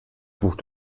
buch